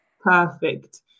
Perfect